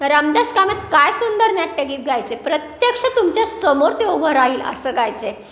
रामदास कामात काय सुंदर नाट्यगीत गायचे प्रत्यक्ष तुमच्यासमोर ते उभं राहील असं गायचे